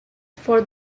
for